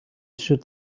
should